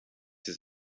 his